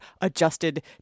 adjusted